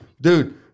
Dude